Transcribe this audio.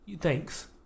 thanks